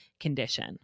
condition